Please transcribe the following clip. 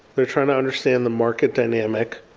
they're trying to understand the market dynamic.